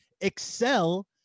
excel